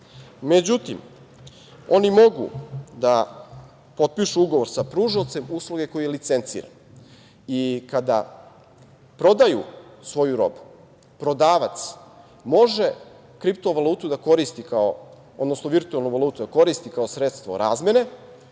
Međutim, oni mogu da potpišu ugovor sa pružaocem usluge koji je licenciran. Kada prodaju svoju robu, prodavac može kripto valutu, odnosno virtuelnu valutu da koristi kao sredstvo razmene,